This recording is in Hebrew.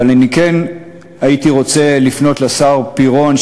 אבל אני כן הייתי רוצה לפנות לשר פירון,